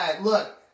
Look